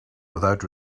without